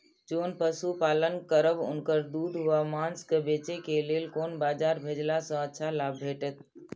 जोन पशु पालन करब उनकर दूध व माँस के बेचे के लेल कोन बाजार भेजला सँ अच्छा लाभ भेटैत?